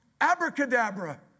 Abracadabra